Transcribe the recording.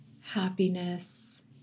happiness